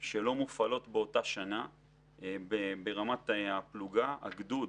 שלא מופעלות באותה שנה ברמת הפלוגה, הגדוד,